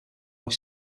nog